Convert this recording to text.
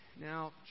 now